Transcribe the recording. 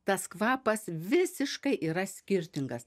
tas kvapas visiškai yra skirtingas